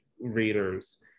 readers